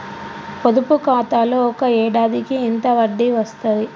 పొదుపు ఖాతాలో ఒక ఏడాదికి ఎంత వడ్డీ వస్తది?